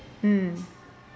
mm